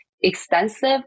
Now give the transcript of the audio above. extensive